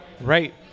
Right